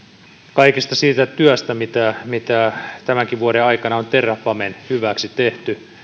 kaikesta siitä työstä mitä mitä tämänkin vuoden aikana on terrafamen hyväksi tehty